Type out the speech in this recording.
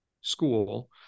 school